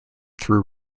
threw